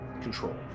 control